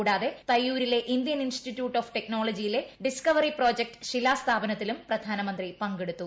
കൂടാതെ തയ്യൂരിലെ Indian institute of ടെക്നോളജിയിലെ ഡിസ്കവറി പ്രോജക്ട് ശിലാസ്ഥാപനത്തിലും പ്രധാനമന്ത്രി പങ്കെടുത്തു